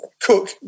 Cook